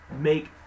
make